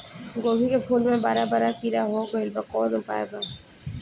गोभी के फूल मे बड़ा बड़ा कीड़ा हो गइलबा कवन उपाय बा?